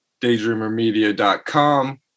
daydreamermedia.com